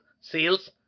sales